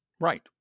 Right